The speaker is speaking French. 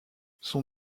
son